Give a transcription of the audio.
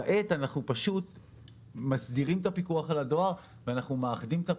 כעת אנחנו פשוט מסדירים את הפיקוח על הדואר ואנחנו מאחדים את הפרקים.